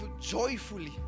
joyfully